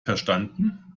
verstanden